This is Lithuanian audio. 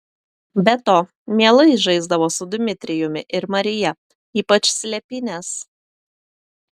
be to mielai žaisdavo su dmitrijumi ir marija ypač slėpynes